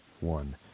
one